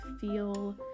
feel